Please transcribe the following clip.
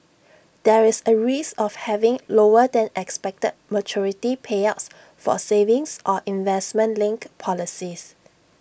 there is A risk of having lower than expected maturity payouts for A savings or investment linked policies